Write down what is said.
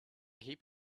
heap